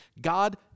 God